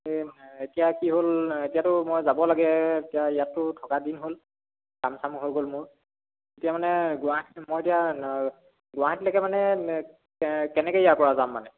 এই মানে এতিয়া কি হ'ল এতিয়াতো মই যাব লাগে এতিয়া ইয়াতটো থকা দিন হ'ল কাম চামো হৈ গ'ল মোৰ এতিয়া মানে গুৱাহাটী মই এতিয়া ন গুৱাহাটীলৈকে মানে কেনেকৈ ইয়াৰপৰা যাম মানে